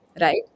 right